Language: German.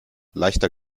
leichter